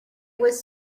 was